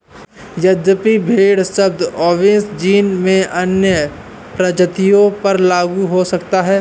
यद्यपि भेड़ शब्द ओविसा जीन में अन्य प्रजातियों पर लागू हो सकता है